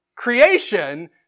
Creation